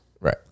Right